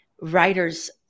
writers